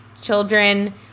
children